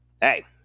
hey